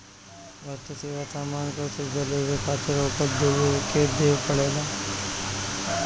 वस्तु, सेवा, सामान कअ सुविधा लेवे खातिर ओकर मूल्य देवे के पड़ेला